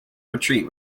retreat